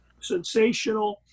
sensational